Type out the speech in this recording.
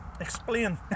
explain